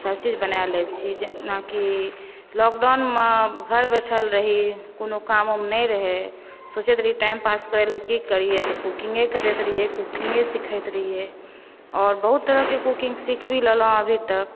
सभ चीज़ बना लै छी जेनाकि लॉकडाउनमे घर बैठल रही कोनो काम उम नहि रहै सोचैत रही टाइम पास करै लए की करियै तऽ कूकिंगे करैत रहियै कूकिंगे सीखैत रहियै आओर बहुत तरहकें कूकिंग सीख भी लेलहुँ अभी तक